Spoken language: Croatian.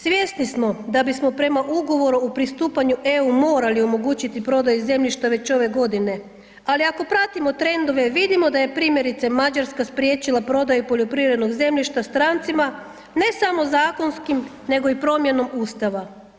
Svjesni smo da bismo prema ugovoru o pristupanju EU morali omogućiti prodaju zemljišta već ove godine, ali ako pratimo trendove vidimo da je primjerice Mađarska spriječila prodaju poljoprivrednog zemljišta strancima, ne samo zakonskim nego i promjenom ustava.